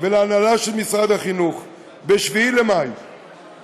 ולהנהלה של משרד החינוך ב-3 במאי,